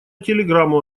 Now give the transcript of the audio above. телеграмму